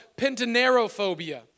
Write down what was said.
pentanerophobia